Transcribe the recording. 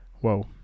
whoa